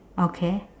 okay